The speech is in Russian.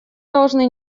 должны